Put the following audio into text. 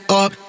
up